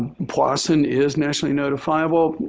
powassan is nationally notifiable.